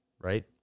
Right